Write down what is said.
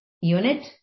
unit